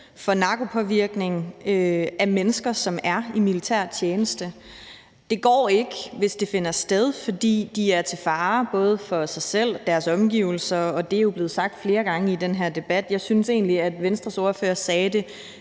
for narkopåvirkning. Det går ikke, hvis det finder sted, for de er til fare for både sig selv og deres omgivelser, og det er jo blevet sagt flere gange i denne debat. Jeg synes egentlig, at Venstres ordfører sagde det